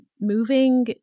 Moving